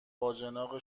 باجناق